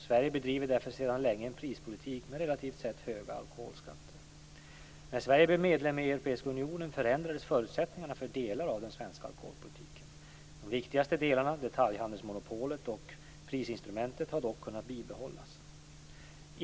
Sverige bedriver därför sedan länge en prispolitik med relativt sett höga alkoholskatter. När Sverige blev medlem i Europeiska unionen förändrades förutsättningar för delar av den svenska alkoholpolitiken. De viktigaste delarna - detaljhandelsmonopolet och prisinstrumentet - har dock kunnat bibehållas.